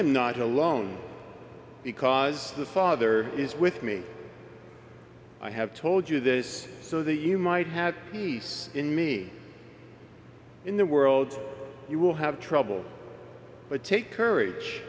am not alone because the father is with me i have told you this so that you might have nice in me in the world you will have trouble but take